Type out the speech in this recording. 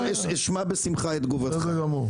ואשמח לשמוע את תגובתך.